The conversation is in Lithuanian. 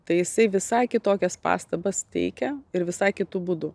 tai jisai visai kitokias pastabas teikia ir visai kitu būdu